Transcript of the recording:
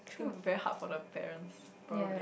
I think very hard for the parents probably